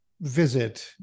visit